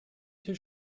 too